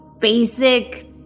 basic